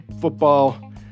football